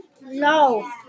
No